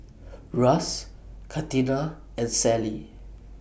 Russ Catina and Sally